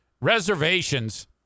reservations